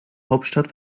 hauptstadt